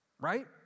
Right